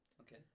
Okay